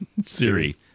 Siri